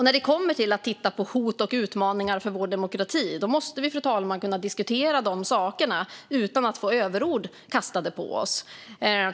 När det kommer till att titta på hot mot och utmaningar för vår demokrati måste vi, fru talman, kunna diskutera de sakerna utan att få överord kastade på oss.